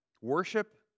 worship